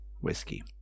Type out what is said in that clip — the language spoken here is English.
whiskey